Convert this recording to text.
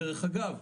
דרך אגב,